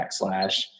backslash